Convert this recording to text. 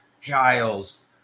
Giles